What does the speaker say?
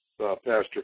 Pastor